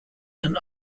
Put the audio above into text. can